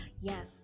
Yes